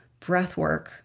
breathwork